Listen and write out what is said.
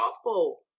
awful